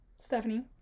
Stephanie